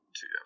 Two